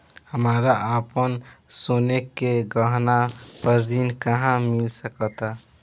हमरा अपन सोने के गहना पर ऋण कहां मिल सकता?